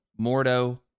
Mordo